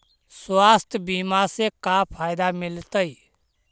स्वास्थ्य बीमा से का फायदा मिलतै?